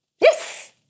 Yes